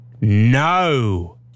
No